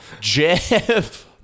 Jeff